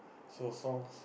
so songs